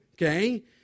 Okay